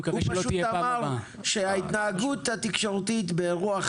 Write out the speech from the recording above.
הוא פשוט אמר שההתנהגות התקשורתית באירוע,